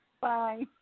Bye